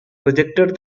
rejected